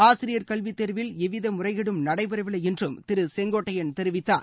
ஆசிரியர் கல்வி தேர்வில் எவ்வித முறைகேடும் நடைபெறவில்லை என்றும் திரு செங்கோட்டையன் தெரிவித்தார்